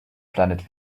planet